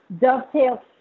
dovetail